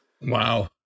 wow